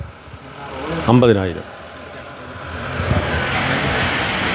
അമ്പതിനായിരം